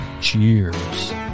Cheers